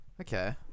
Okay